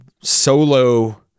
solo